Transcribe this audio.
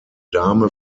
dame